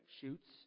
shoots